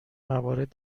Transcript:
موارد